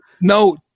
No